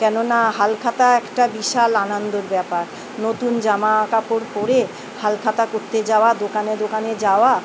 কেননা হাল খাতা একটা বিশাল আনন্দর ব্যাপার নতুন জামা কাপড় পরে হাল খাতা করতে যাওয়া দোকানে দোকানে যাওয়া